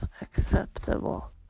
acceptable